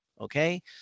Okay